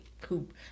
poop